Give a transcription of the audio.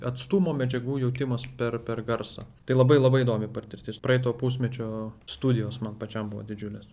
atstumo medžiagų jautimas per per garsą tai labai labai įdomi partirtis praeito pusmečio studijos man pačiam buvo didžiulės